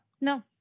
No